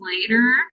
later